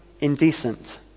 indecent